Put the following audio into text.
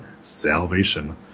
salvation